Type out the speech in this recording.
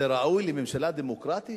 זה ראוי לממשלה דמוקרטית?